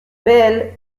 belle